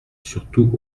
surtout